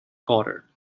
quarter